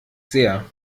sehr